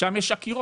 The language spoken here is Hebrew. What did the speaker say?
שם יש עקירות,